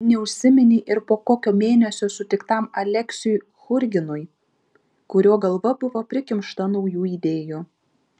neužsiminei ir po kokio mėnesio sutiktam aleksiui churginui kurio galva buvo prikimšta naujų idėjų